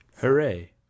Hooray